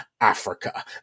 Africa